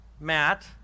Matt